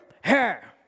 hair